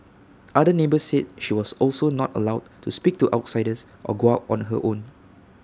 other neighbours said she was also not allowed to speak to outsiders or go out on her own